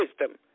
wisdom